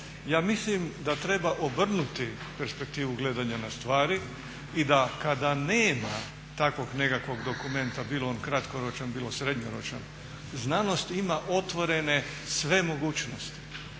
Ja mislim da treba obrnuti perspektivu gledanja na stvari. I da kada nema takvog nekakvog dokumenta bio on kratkoročan, bilo srednjoročan znanost ima otvorene sve mogućnosti.